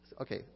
Okay